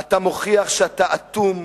אתה מוכיח שאתה אטום,